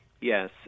Yes